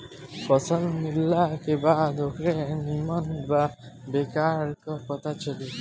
फसल मिलला के बाद ओकरे निम्मन आ बेकार क पता चली